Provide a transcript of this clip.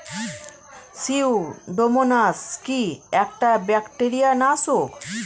Pseudomonas কি একটা bacteria নাশক?